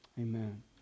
amen